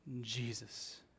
Jesus